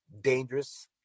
dangerous